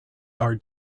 are